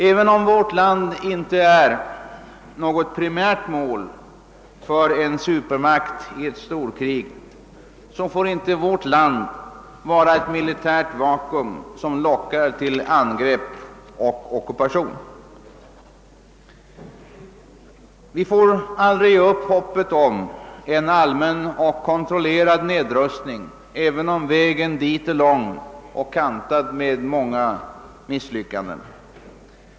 även om vårt land inte är något primärt mål för en supermakt i ett storkrig, får det inte vara ett militärt vakuum som lockar till angrepp och ockupation. Vi får aldrig ge upp hoppet om en allmän och kontrollerad nedrustning, även om vägen dit är lång och kantad med många misslyckanden.